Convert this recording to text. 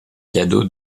cadeau